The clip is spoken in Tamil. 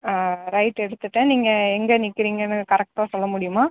ரைட் எடுத்துவிட்டேன் நீங்கள் எங்கே நிற்கிறீங்கனு கரெக்டாக சொல்ல முடியுமா